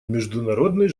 международный